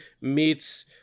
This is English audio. meets